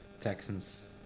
Texans